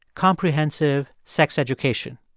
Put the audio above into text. comprehensive sex education.